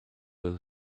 will